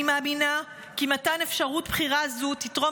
אני מאמינה כי מתן אפשרות בחירה זו תתרום